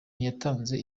ntiyatanze